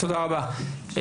תודה רבה,